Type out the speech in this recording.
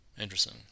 Interesting